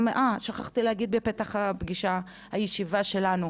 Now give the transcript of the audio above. גם שכחתי להגיד בפתח הישיבה שלנו,